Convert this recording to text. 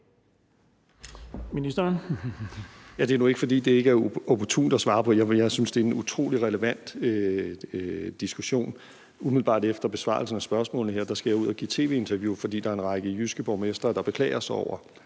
Hækkerup): Det er nu ikke, fordi det ikke er opportunt at svare på; jeg synes, det er en utrolig relevant diskussion. Umiddelbart efter besvarelsen af spørgsmålene her skal jeg ud at give tv-interview, for der er en række jyske borgmestre, der har beklaget sig over